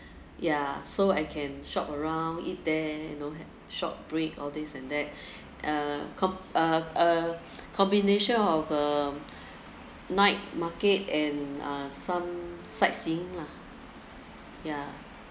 ya so I can shop around eat there you know shop eat all this and that uh com~ uh uh combination of uh night market and uh some sight seeing lah yeah